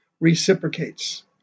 reciprocates